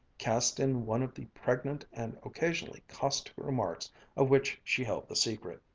cast in one of the pregnant and occasionally caustic remarks of which she held the secret.